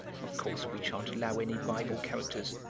of course we shan't allow any bible characters.